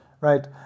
Right